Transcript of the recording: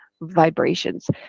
vibrations